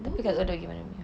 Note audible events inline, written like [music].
[noise]